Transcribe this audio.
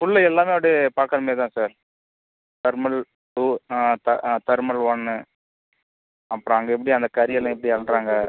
உள்ளே எல்லாமே அப்படியே பார்க்குற மாரி தான் sir thermal to the thermal ஒன்னு அப்புறம் அங்கே எப்படி அந்த கரியெல்லாம் எப்படி அள்ளுறாங்க